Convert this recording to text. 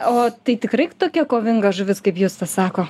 o tai tikrai tokia kovinga žuvis kaip justas sako